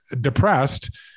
depressed